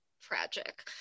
Tragic